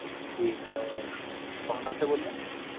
جی sir آپ کہاں سے بول رہے ہیں